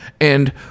And-